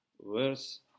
verse